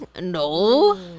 no